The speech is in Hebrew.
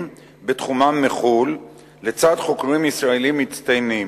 בתחומם מחוץ-לארץ לצד חוקרים ישראלים מצטיינים.